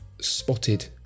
spotted